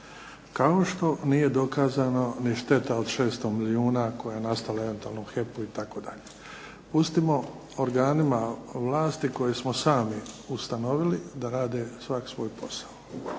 Kao što nije dokazano ni šteta od 600 milijuna koja je nastala eventualno u HEP-u itd. Pustimo organima vlasti koju smo sami ustanovili da rade svak svoj posao